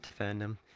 fandom